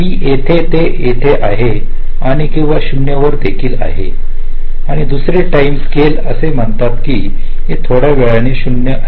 b येथे ते आहे किंवा 0 वर देखील आहे आणि दुसरे टाईम स्केल असे म्हणतो की हे थोड्या वेळाने 0 आहे